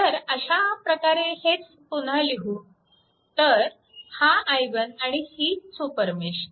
तर अशा प्रकारे हेच पुन्हा लिहू तर हा i1 आणि ही सुपरमेश